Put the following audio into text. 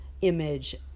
image